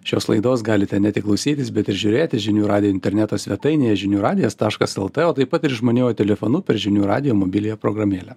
šios laidos galite ne tik klausytis bet ir žiūrėti žinių radijo interneto svetainėje žinių radijas taškas lt o taip pat ir išmaniuoju telefonu per žinių radijo mobiliąją programėlę